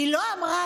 היא לא אמרה,